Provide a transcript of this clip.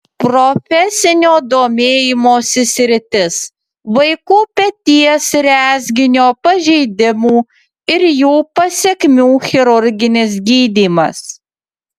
profesinio domėjimosi sritis vaikų peties rezginio pažeidimų ir jų pasekmių chirurginis gydymas